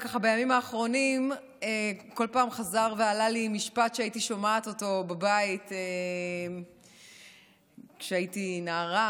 בימים האחרונים כל פעם חזר ועלה לי משפט ששמעתי אותו בבית כשהייתי נערה,